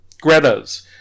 Greta's